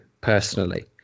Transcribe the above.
personally